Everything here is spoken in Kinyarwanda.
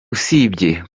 usibye